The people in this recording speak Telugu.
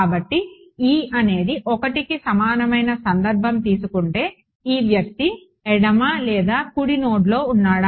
కాబట్టి e అనేది 1కి సమానమైన సంధర్భం తీసుకుంటే ఈ వ్యక్తి ఎడమ లేదా కుడి నోడ్లో ఉన్నాడా